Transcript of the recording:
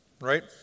right